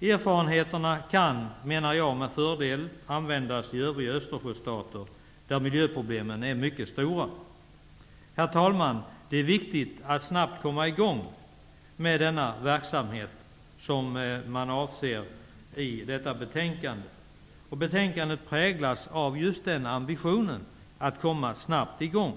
Erfarenheterna kan, menar jag, med fördel användas i övriga Östersjöstater, där miljöproblemen är mycket stora. Herr talman! Det är viktigt att snabbt komma i gång med den verksamhet som man avser i detta betänkande. Betänkandet präglas just av ambitionen att komma i gång snabbt.